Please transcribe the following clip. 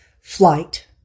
flight